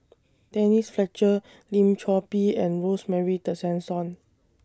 Denise Fletcher Lim Chor Pee and Rosemary Tessensohn